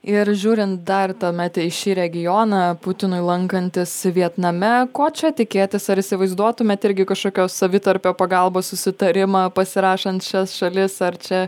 ir žiūrint dar tuomet į šį regioną putinui lankantis vietname ko čia tikėtis ar įsivaizduotumėt irgi kažkokios savitarpio pagalbos susitarimą pasirašant šias šalis ar čia